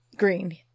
Green